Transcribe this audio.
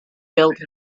built